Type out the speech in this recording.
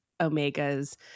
Omega's